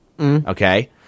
Okay